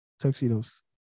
Tuxedos